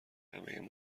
همه